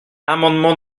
amendement